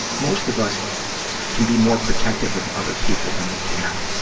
most of us can be more protective of other people than we can